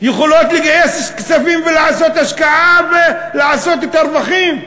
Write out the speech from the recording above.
יכולות לגייס כספים ולעשות השקעה ולעשות את הרווחים.